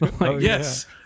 Yes